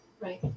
Right